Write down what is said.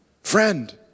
Friend